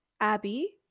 abby